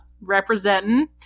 representing